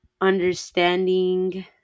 understanding